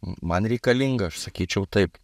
man reikalinga aš sakyčiau taip